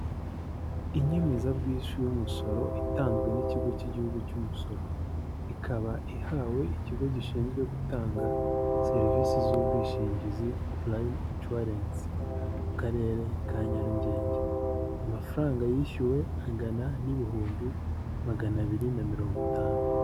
Inyemezabwishyu y'umusoro itanzwe nikigo cy'igihugu cy'umusoro. Ikaba ihawe ikigo gishinzwe gutanga serivisi z ubwishingizi Purayime inshuwarense, mu karere ka Nyarugenge, amafaranga yishyuwe angana n'ibihumbi magana abiri na mirongo itanu.